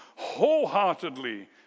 wholeheartedly